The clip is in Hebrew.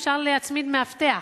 אפשר להצמיד מאבטח,